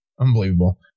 Unbelievable